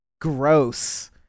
gross